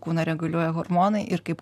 kūną reguliuoja hormonai ir kaip